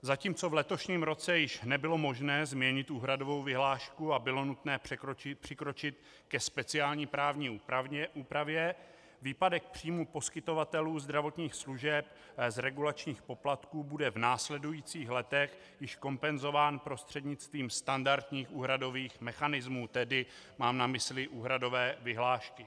Zatímco v letošním roce již nebylo možné změnit úhradovou vyhlášku a bylo nutné přikročit ke speciální právní úpravě, výpadek příjmů poskytovatelů zdravotních služeb z regulačních poplatků bude v následujících letech již kompenzován prostřednictvím standardních úhradových mechanismů, tedy mám na mysli úhradové vyhlášky.